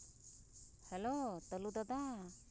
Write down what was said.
hello ᱛᱟᱹᱞᱩ ᱫᱟᱫᱟ